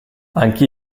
anche